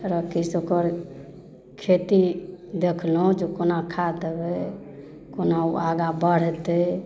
तरक्की सँ ओकर खेती देखलहुँ जे कोना खाद देबै कोना ओ आगा बढ़तै